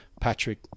Patrick